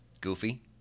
Goofy